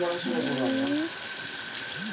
pension fund যারা সরকারি খাতায় পেনশন পাই তাদের জন্য